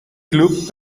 club